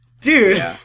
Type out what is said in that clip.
dude